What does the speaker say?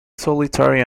solitary